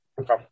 Okay